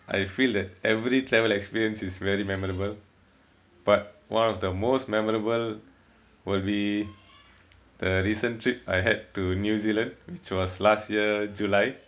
I feel that every travel experience is very memorable but one of the most memorable will be the recent trip I had to new zealand which was last year july